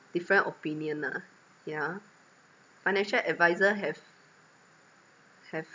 different opinion ah yeah financial advisor have have